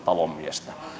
talonmiestä